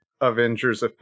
avengers